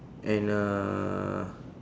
and uh